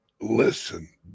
listen